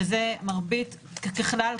שזה מרבית ככלל,